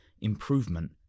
improvement